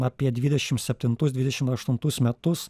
apie dvidešim septintus dvidešim aštuntus metus